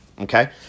Okay